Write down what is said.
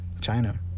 China